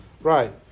Right